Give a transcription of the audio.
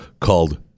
called